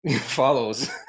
follows